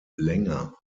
länger